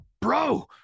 bro